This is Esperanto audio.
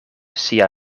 sia